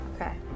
Okay